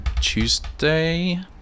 Tuesday